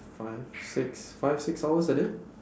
five six five six hours a day